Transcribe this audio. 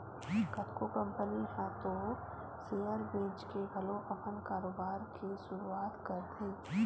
कतको कंपनी ह तो सेयर बेंचके घलो अपन कारोबार के सुरुवात करथे